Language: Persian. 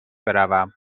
بروم